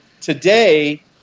today